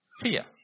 fear